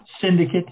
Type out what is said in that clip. syndicate